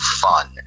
fun